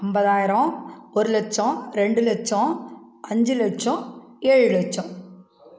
அம்பதாயாரம் ஒரு லச்சம் ரெண்டு லச்சம் அஞ்சு லச்சம் ஏழு லச்சம்